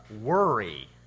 worry